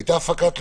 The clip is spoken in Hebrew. הייתה הפקת לקחים,